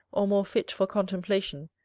or more fit for contemplation,